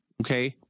Okay